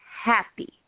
happy